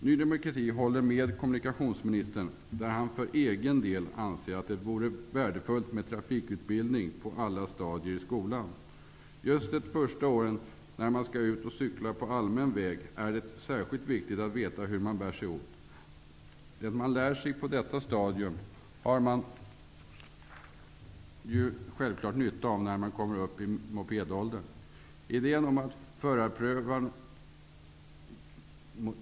Ny demokrati håller med kommunikationsministern när han för egen del anser att det vore värdefullt med trafikutbildning på alla stadier i skolan. Just de första åren när man skall ut och cykla på allmän väg är det särskilt viktigt att veta hur man bär sig åt. Det man lär sig på detta stadium har man självklart nytta av när man kommer upp i mopedåldern.